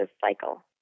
cycle